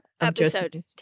Episode